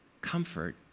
Comfort